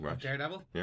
Daredevil